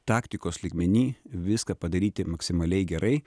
taktikos lygmeny viską padaryti maksimaliai gerai